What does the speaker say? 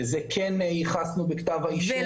שזה כן ייחסנו בכתב האישום.